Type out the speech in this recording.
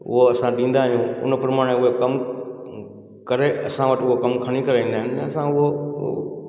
उहो असां ॾींदा आहियूं उन प्रमाणे उहे कमु करे असां वटि उहो कमु खणी करे ईंदा आहिनि न असां उहो